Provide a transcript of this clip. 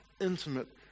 intimate